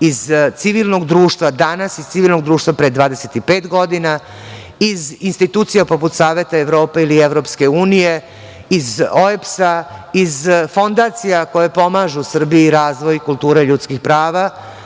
iz civilnog društva danas, iz civilnog društva pre 25 godina, iz institucija poput Saveta Evrope ili EU, iz OEBS, iz fondacija koje pomažu Srbiji razvoj kulture ljudskih prava. Dakle,